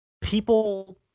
people